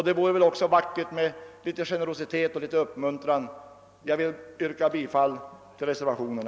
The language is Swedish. Det vore väl också vackert med litet generositet och litet uppmuntran. Jag vill yrka bifall till reservationerna.